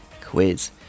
Quiz